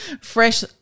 fresh